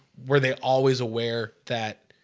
were they always aware that?